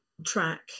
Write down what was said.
track